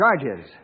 charges